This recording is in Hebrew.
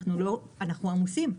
אנחנו עמוסים.